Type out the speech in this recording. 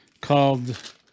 called